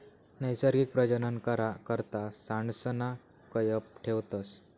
नैसर्गिक प्रजनन करा करता सांडसना कयप ठेवतस